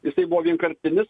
jisai buvo vienkartinis